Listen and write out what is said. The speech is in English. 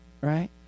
right